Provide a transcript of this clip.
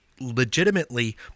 legitimately